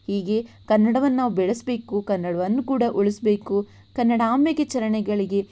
ಹೀಗೆ ಕನ್ನಡವನ್ನು ನಾವು ಬೆಳೆಸಬೇಕು ಕನ್ನಡವನ್ನು ಉಳಿಸಬೇಕು ಕನ್ನಡಾಂಬೆಗೆ ಚರಣಗಳಿಗೆ